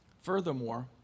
Furthermore